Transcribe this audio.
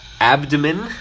abdomen